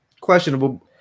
questionable